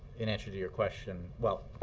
in answer to your question well,